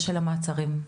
המעצרים,